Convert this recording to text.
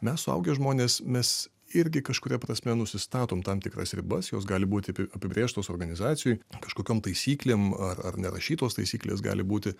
mes suaugę žmonės mes irgi kažkuria prasme nusistatom tam tikras ribas jos gali būti apibrėžtos organizacijoj kažkokiom taisyklėm ar nerašytos taisyklės gali būti